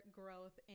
growth